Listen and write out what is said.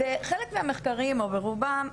חלק מהמחקרים או ברובם,